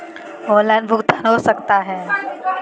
Online भुगतान हो सकता है?